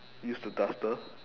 used the duster